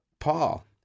Paul